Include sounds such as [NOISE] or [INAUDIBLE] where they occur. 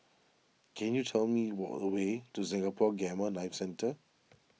can you tell me [UNINTELLIGIBLE] the way to Singapore Gamma Knife Centre